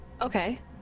okay